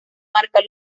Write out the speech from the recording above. marca